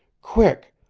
quick!